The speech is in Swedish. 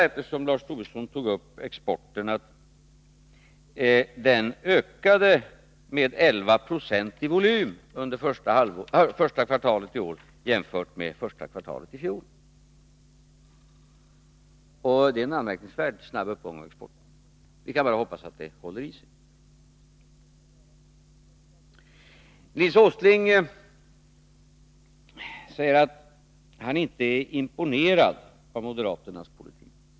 Eftersom Lars Tobisson tog upp exporten vill jag säga att den ökade med 11 96 i volym under första kvartalet i år jämfört med första kvartalet i fjol. Det är en anmärkningsvärt snabb uppgång av exporten. Vi skall hoppas att den håller i sig. Nils Åsling sade att han inte är imponerad av moderaternas politik.